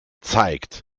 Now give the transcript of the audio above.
zeigt